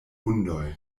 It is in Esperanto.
vundoj